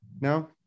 no